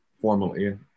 formally